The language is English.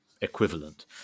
equivalent